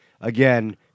Again